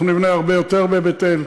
אנחנו נבנה הרבה יותר בבית-אל.